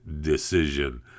decision